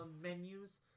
menus